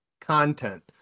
content